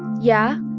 yeah,